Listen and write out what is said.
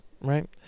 right